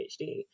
PhD